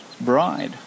bride